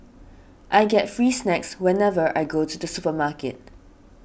I get free snacks whenever I go to the supermarket